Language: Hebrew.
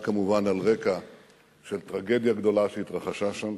כמובן על רקע של טרגדיה גדולה שהתרחשה שם,